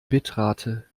bitrate